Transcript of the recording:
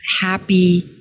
happy